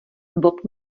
bob